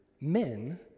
men